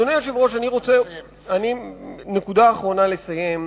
אדוני היושב-ראש, נקודה אחרונה לסיום.